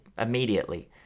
immediately